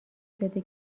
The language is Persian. شده